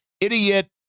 idiot